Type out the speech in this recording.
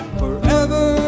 forever